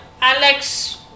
Alex